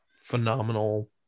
phenomenal